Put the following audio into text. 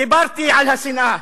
דיברתי על השנאה,